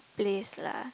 place lah